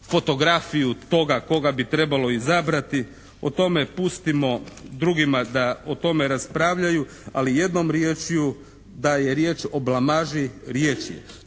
fotografiju toga koga bi trebalo izabrati o tome pustimo drugima da o tome raspravljaju ali jednom riječju da je riječ o blamaži riječ